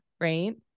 Right